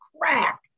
crack